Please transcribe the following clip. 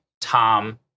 Tom